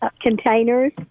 containers